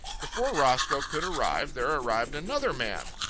before roscoe could arrive there arrived another man.